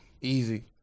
Easy